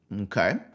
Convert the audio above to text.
okay